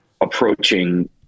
approaching